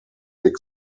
big